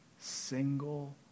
single